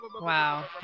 Wow